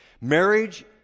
Marriage